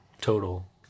Total